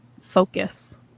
focus